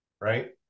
right